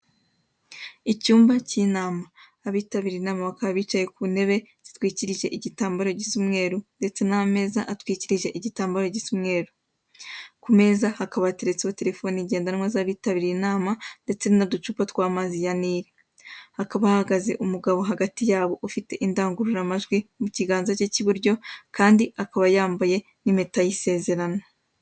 Icyumba cy'inama, abitabiriye inama bicaye ku ntebe, zitwikirije ibitambaro by'umweru ndetse n'ameza atwikirije ibitambaro by'umweru. Ku meza harambitseho terefone z'abitabiriye inama ndetse n'amazi yo kunywa. Hagati hahagaze umugabo ufite indangururamajwi uri kubabwira.